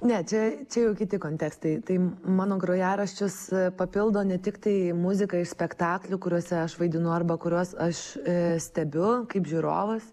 ne čia čia jau kiti kontekstai tai mano grojaraščius papildo ne tik tai muzika iš spektaklių kuriuose aš vaidinu arba kuriuos aš stebiu kaip žiūrovas